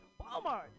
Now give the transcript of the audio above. Walmart